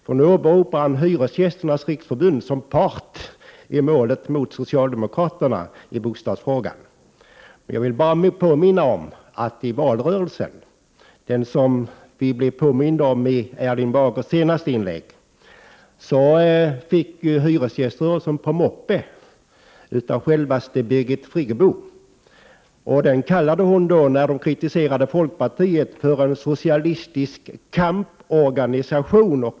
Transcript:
Han har åberopat Hyresgästernas riksförbund som part i målet mot socialdemokraterna i bostadsfrågan. Jag vill bara påminna om att i valrörelsen, den som vi blev påminda om i Erling Bagers senaste inlägg, fick hyresgäströrelsen på moppe av självaste Birgit Friggebo sedan den hade kritiserat folkpartiet. Hon kallade Hyresgästernas riksförbund för en socialistisk kamporganisation.